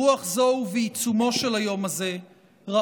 ברוח זו ובעיצומו של היום הזה ראוי